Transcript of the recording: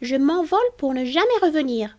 je m'envole pour ne jamais revenir